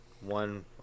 one